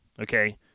okay